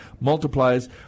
multiplies